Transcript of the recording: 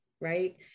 right